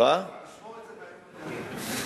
נשמור את זה בימים הקרובים.